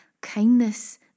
kindness